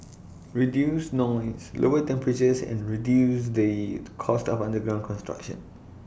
reduce noise lower temperatures and reduce the cost of underground construction